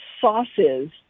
sauces